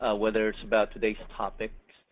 ah whether it's about today's topic,